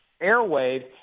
airwave